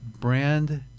brand